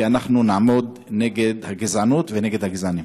כי אנחנו נעמוד נגד הגזענות ונגד הגזענים.